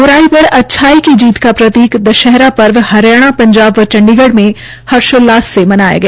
ब्राई पर अच्छाई की जीत का प्रतीक दशहरा पर्व हरियाणा पंजाब व चंडीगढ़ में हर्षोल्लास से मनाया गया